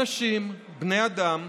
אנשים, בני אדם.